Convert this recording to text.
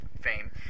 fame